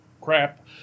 crap